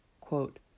quote